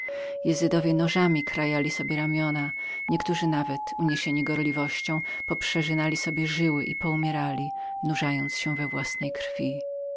alego izydowie nożami krajali sobie ramiona niektórzy nawet uniesieni gorliwością poprzeżynali sobie żyły i poumierali nurzając się we własnej krwi